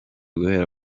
guhera